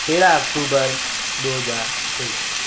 تیرہ اکٹوبر دو ہزار تیئیس